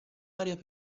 aria